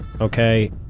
okay